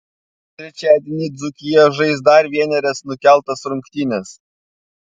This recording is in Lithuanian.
trečiadienį dzūkija žais dar vienerias nukeltas rungtynes